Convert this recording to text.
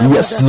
Yes